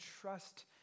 trust